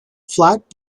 flat